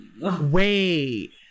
Wait